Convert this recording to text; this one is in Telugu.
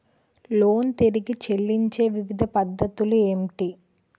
లోన్ తిరిగి చెల్లించే వివిధ పద్ధతులు ఏంటి?